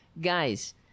Guys